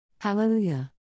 Hallelujah